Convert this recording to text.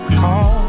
call